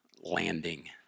landing